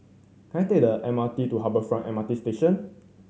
can I take the M R T to Harbour Front M R T Station